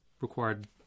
required